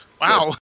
Wow